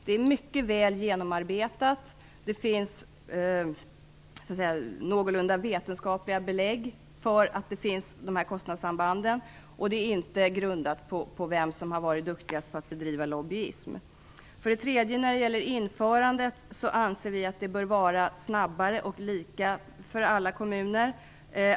Det är mycket väl genomarbetat, och det finns någorlunda vetenskapliga belägg för att de här kostnadssambanden finns, och det är inte grundat på vem som har varit duktigast på att bedriva lobbyism. För det tredje anser vi att införandet bör vara snabbare och lika för alla kommuner.